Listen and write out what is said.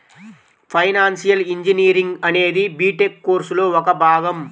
financial engineering అనేది B Tech కోర్సులో ఒక భాగం